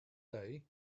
day